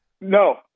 No